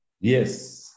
Yes